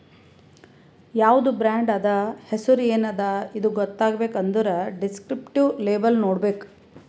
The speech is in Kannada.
ಯಾವ್ದು ಬ್ರಾಂಡ್ ಅದಾ, ಹೆಸುರ್ ಎನ್ ಅದಾ ಇದು ಗೊತ್ತಾಗಬೇಕ್ ಅಂದುರ್ ದಿಸ್ಕ್ರಿಪ್ಟಿವ್ ಲೇಬಲ್ ನೋಡ್ಬೇಕ್